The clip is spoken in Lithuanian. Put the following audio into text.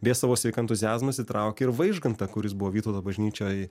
beje į savo sveiką entuziazmą jis įtraukė ir vaižgantą kuris buvo vytauto bažnyčioj